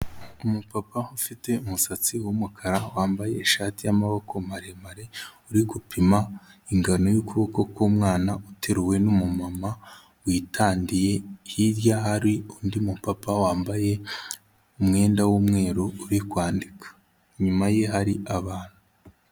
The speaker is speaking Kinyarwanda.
Umupapa ufite umusatsi w'umukara wambaye ishati y'amaboko maremare, uri gupima ingano y'ukuboko k'umwana uteruwe n'umumama witandiye, hirya hari undi mupapa wambaye umwenda w'umweru uri kwandika, inyuma ye hari abantu.